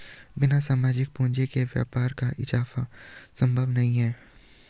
बिना सामाजिक पूंजी के व्यापार का इजाफा संभव नहीं है